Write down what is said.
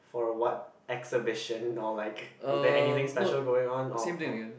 for what exhibition or like is there anything special going on or ah